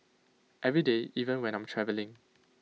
every day even when I'm travelling